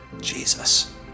Jesus